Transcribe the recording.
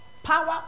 Power